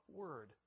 word